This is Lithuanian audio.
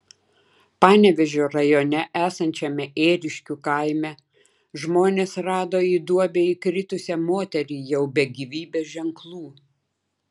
panevėžio rajone esančiame ėriškių kaime žmonės rado į duobę įkritusią moterį jau be gyvybės ženklų